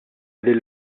lil